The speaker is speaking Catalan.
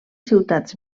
ciutats